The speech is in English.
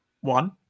One